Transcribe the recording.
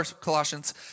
Colossians